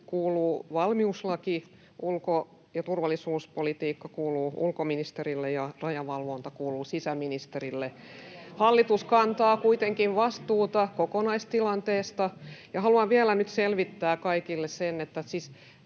kuuluu valmiuslaki, ulko- ja turvallisuuspolitiikka kuuluu ulkoministerille ja rajavalvonta kuuluu sisäministerille. [Oikealta: Kaikki kuuluu hallitukselle!] Hallitus kantaa kuitenkin vastuuta kokonaistilanteesta, ja haluan vielä nyt selvittää kaikille sen, että